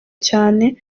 cyane